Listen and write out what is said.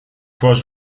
was